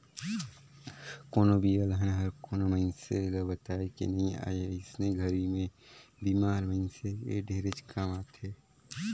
कोनो भी अलहन हर कोनो मइनसे ल बताए के नइ आए अइसने घरी मे बिमा हर मइनसे के ढेरेच काम आथे